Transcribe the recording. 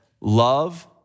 love